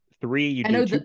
Three